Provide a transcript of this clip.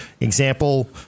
Example